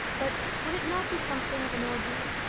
but would it not be something of an ordeal?